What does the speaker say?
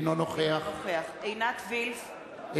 אינו נוכח עינת וילף,